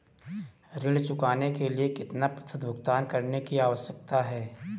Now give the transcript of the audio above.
ऋण चुकाने के लिए कितना प्रतिशत भुगतान करने की आवश्यकता है?